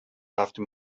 after